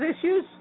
issues